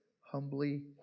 humbly